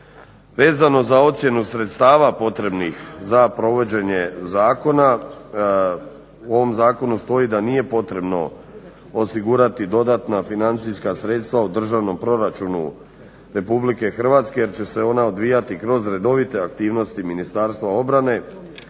Vezano za ocjenu sredstava potrebnih za provođenje zakona. U ovom zakonu stoji da nije potrebno osigurati dodatna financijska sredstva u Državnom proračunu RH jer će se ona odvijati kroz redovite aktivnosti Ministarstva obrane,